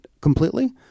completely